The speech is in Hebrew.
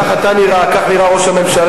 כך אתה נראה, כך נראה ראש הממשלה.